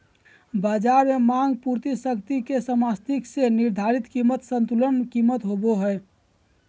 बज़ार में मांग पूर्ति शक्ति के समस्थिति से निर्धारित कीमत संतुलन कीमत होबो हइ